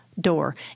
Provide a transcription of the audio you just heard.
Door